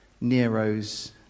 Nero's